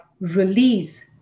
release